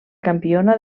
campiona